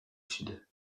sud